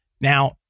Now